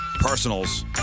personals